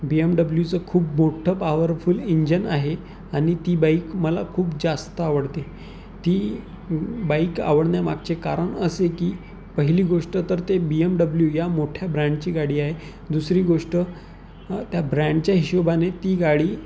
बी M डब्ल्यूचं खूप मोठ्ठं पावरफुल इंजीन आहे आणि ती बाईक मला खूप जास्त आवडते ती बाईक आवडण्यामागचे कारण असे की पहिली गोष्ट तर ते बी एम डब्ल्यू या मोठ्या ब्रँडची गाडी आहे दुसरी गोष्ट त्या ब्रँडच्या हिशेबाने ती गाडी